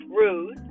Rude